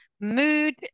mood